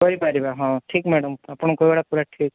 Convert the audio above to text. କରିପାରିବ ହଁ ଠିକ୍ ମ୍ୟାଡ଼ାମ୍ ଆପଣ କହିବାଟା ପୁରା ଠିକ୍